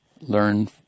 learn